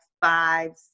five